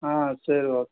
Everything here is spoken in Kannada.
ಹಾಂ ಸರಿ ಓಕ್